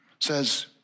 says